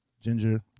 ginger